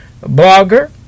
Blogger